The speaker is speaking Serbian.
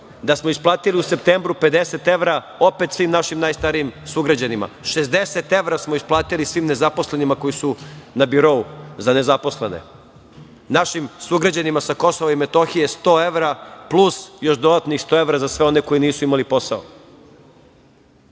da smo isplatili u septembru 50 evra opet svim našim najstarijim sugrađanima. Šezdeset evra smo isplatili svim nezaposlenima koji su na birou za nezaposlene, našim sugrađanima sa Kosova i Metohije 100 evra, plus još dodatnih 100 evra za sve one koji nisu imali posao. Onda